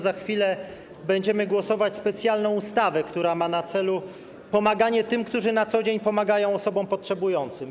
Za chwilę będziemy głosować nad specjalną ustawą, która ma na celu pomaganie tym, którzy na co dzień pomagają osobom potrzebującym.